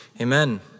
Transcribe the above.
amen